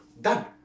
done